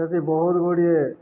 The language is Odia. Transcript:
ସେଠି ବହୁତ ଗୁଡ଼ିଏ